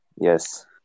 Yes